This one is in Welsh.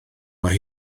mae